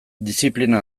diziplina